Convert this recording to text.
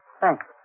Thanks